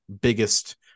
biggest